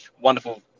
wonderful